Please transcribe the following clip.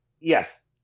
Yes